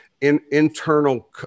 internal